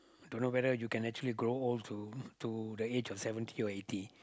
don't know whether you can actually grow old to to the age of seventy or eighty